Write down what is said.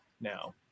now